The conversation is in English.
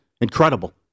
Incredible